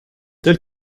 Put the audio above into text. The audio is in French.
tel